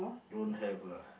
don't have lah